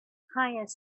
hires